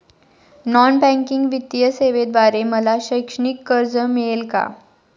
Non banking वित्तीय सेवेद्वारे मला शैक्षणिक कर्ज मिळेल का?